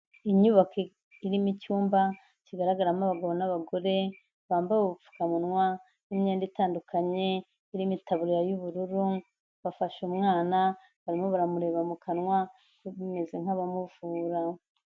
Inyubako irimo icyumba, kigaragaramo abagabo n'abagore, bambaye ubupfukamunwa n'imyenda itandukanye, irimo itaburiya y'ubururu, bafashe umwana, barimo baramureba mu kanwa, bameze nk'abamuvura.